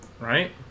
right